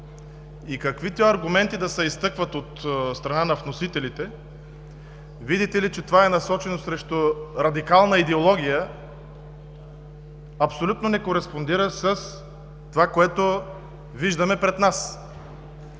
и каквито и аргументи да се изтъкват от страна на вносителите, видите ли, че това е насочено срещу радикална идеология, абсолютно не кореспондира с това, което виждаме пред нас.